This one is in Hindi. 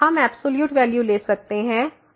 हम एब्सॉल्यूट वैल्यू ले सकते हैं